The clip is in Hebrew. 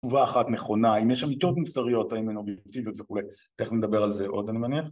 תשובה אחת נכונה, אם יש שם אמיתות מוסריות האם הן אובייקטיביות וכולי, תכף נדבר על זה עוד אני מניח